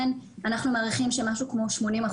אני בא ומדבר אליכם כמי שנמצא בשטח,